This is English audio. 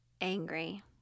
angry